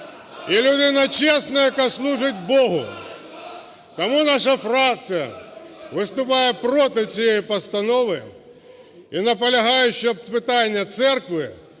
і людина чесна, яка служить Богу. Тому наша фракція виступає проти цієї постанови. І наполягаю, щоб питання церкви